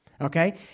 Okay